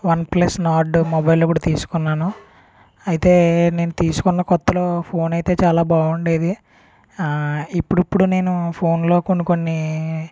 OnePlus Nord mobile కూడా తీసుకున్నాను అయితే నేను తీసుకున్న కొత్తలో ఫోన్ అయితే చాలా బాగుండేది ఇప్పుడిప్పుడు నేను ఫోన్లో కొన్ని కొన్ని